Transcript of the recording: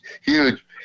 huge